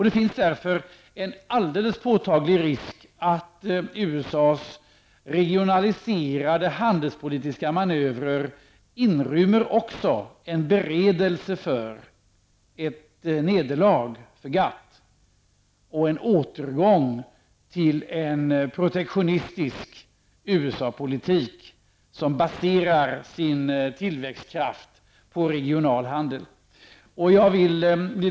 Det finns därför en påtaglig risk att USAs regionaliserade handelspolitiska manövrar inrymmer en beredelse för ett nederlag för GATT och en återgång till en protektionistisk USA-politik som baserar sin tillväxtkraft på regional handel.